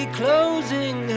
closing